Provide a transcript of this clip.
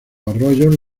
arroyos